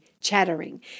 chattering